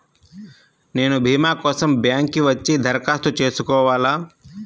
నేను భీమా కోసం బ్యాంక్కి వచ్చి దరఖాస్తు చేసుకోవాలా?